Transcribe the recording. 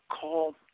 call